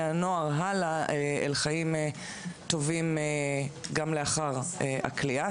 הנוער הלאה אל חיים טובים גם לאחר הכליאה,